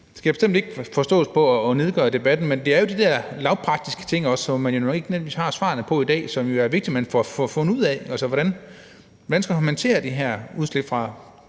Det skal bestemt ikke forstås som et forsøg på at nedgøre debatten, men det er de der lavpraktiske ting, som man ikke nødvendigvis har svarene på i dag, men hvor det jo er vigtigt, at man får fundet ud af, hvordan man skal håndtere det her udslip fra